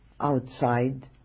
outside